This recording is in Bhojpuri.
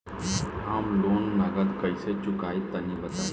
हम लोन नगद कइसे चूकाई तनि बताईं?